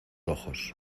ojos